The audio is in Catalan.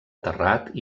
terrat